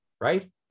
right